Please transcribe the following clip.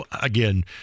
again